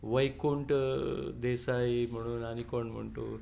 देसाय म्हणून आनी कोण म्हूण तूं